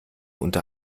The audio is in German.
unter